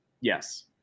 yes